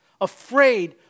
afraid